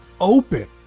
open